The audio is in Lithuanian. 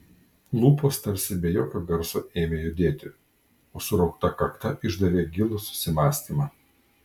lūpos tarsi be jokio garso ėmė judėti o suraukta kakta išdavė gilų susimąstymą